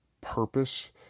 purpose